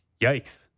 yikes